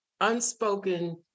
unspoken